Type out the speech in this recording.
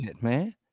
man